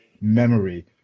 memory